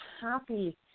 happy